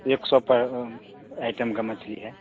एक सौ पर आइटम की मछली है